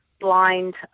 Blind